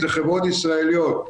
זה חברות ישראליות,